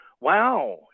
wow